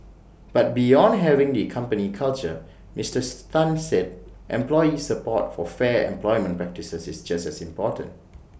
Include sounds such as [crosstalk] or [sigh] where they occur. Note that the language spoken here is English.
but beyond having the company culture Mister [hesitation] Tan said employee support for fair employment practices is just as important